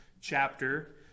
chapter